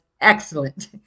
excellent